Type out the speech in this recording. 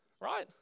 right